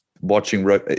watching